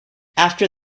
after